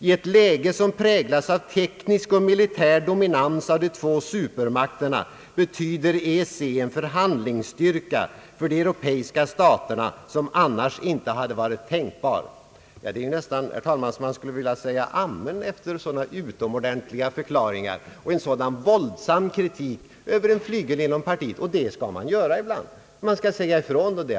»I ett läge, som präglas av teknisk och militär dominans av de två supermakterna, betyder EEC en förhandlingsstyrka för de europeiska staterna, som annars inte hade varit tänkbar.» Det är nästan så att man skulle vilja säga »amen» efter sådana utomordentliga förklaringar och en sådan våldsam kritik mot en flygel inom partiet. Man skall säga ifrån ibland.